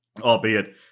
albeit